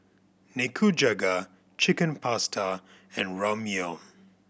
Nikujaga Chicken Pasta and Ramyeon